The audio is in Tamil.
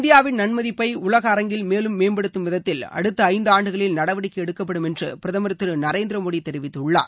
இந்தியாவின் நன்மதிப்பை உலக அரங்கில் மேலும் மேம்படுத்தும் விதத்தில் அடுத்த ஐந்தாண்டுகளில் நடவடிக்கை எடுக்கப்படும் என்று பிரதமர் திரு நரேந்திர மோடி தெரிவித்துள்ளார்